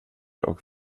och